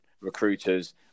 recruiters